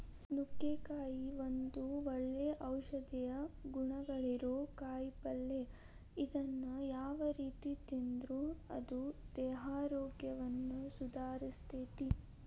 ನುಗ್ಗಿಕಾಯಿ ಒಂದು ಒಳ್ಳೆ ಔಷಧೇಯ ಗುಣಗಳಿರೋ ಕಾಯಿಪಲ್ಲೆ ಇದನ್ನ ಯಾವ ರೇತಿ ತಿಂದ್ರು ಅದು ದೇಹಾರೋಗ್ಯವನ್ನ ಸುಧಾರಸ್ತೆತಿ